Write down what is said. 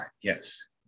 yes